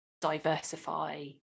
diversify